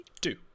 Two